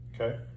Okay